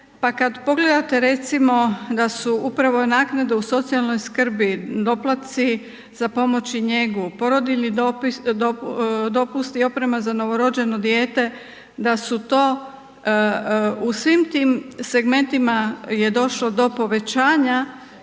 Pa kada pogledate recimo da su upravo naknade u socijalnoj skrbi doplaci za pomoć i njegu, porodiljni dopusti i oprema za novorođeno dijete da je u svim tim segmentima došlo do povećanja